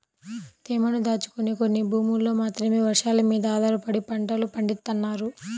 తేమను దాచుకునే కొన్ని భూముల్లో మాత్రమే వర్షాలమీద ఆధారపడి పంటలు పండిత్తన్నారు